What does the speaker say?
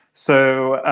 so,